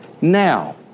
now